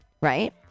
right